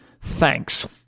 Thanks